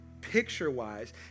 picture-wise